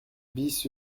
bis